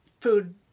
food